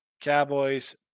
Cowboys